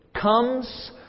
comes